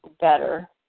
better